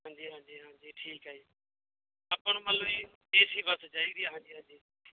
ਹਾਂਜੀ ਹਾਂਜੀ ਹਾਂਜੀ ਠੀਕ ਹੈ ਜੀ ਆਪਾਂ ਨੂੰ ਮਤਲਬ ਜੀ ਏ ਸੀ ਬੱਸ ਚਾਹੀਦੀ ਆ ਹਾਂਜੀ ਹਾਂਜੀ